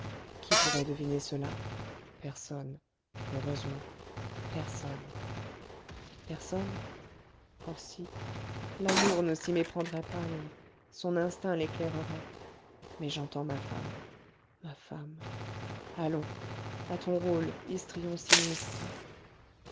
qui pourrait deviner cela personne heureusement personne personne oh si l'amour ne s'y méprendrait pas lui son instinct l'éclairerait mais j'entends ma femme ma femme allons à ton rôle histrion sinistre